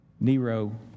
Nero